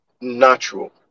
natural